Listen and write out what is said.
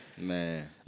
Man